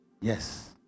Yes